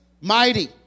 mighty